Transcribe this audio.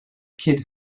kid